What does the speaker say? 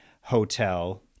Hotel